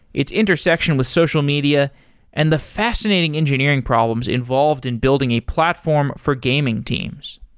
its intersection with social media and the fascinating engineering problems involved in building a platform for gaming teams.